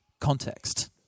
context